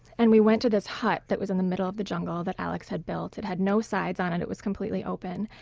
and we went to this hut that was in the middle of the jungle that alex had built. it had no sides on it, it was completely open.